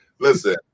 Listen